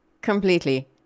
Completely